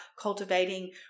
cultivating